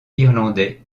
irlandais